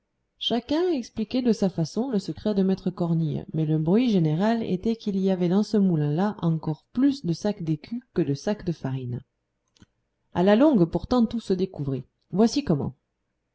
chacun expliquait à sa façon le secret de maître cornille mais le bruit général était qu'il y avait dans ce moulin là encore plus de sacs d'écus que de sacs de farine à la longue pourtant tout se découvrit voici comment